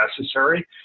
necessary